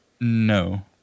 No